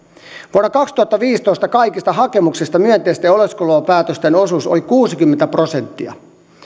vuonna kaksituhattaviisitoista kaikista hakemuksista myönteisten oleskelulupapäätösten osuus oli kuusikymmentä prosenttia